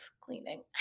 cleaning